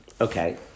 Okay